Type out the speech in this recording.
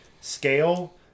scale